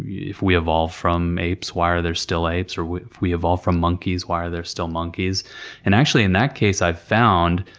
yeah if we evolved from apes, why are there still apes or if we evolved from monkeys why are there still monkeys and actually, in that case, i've found,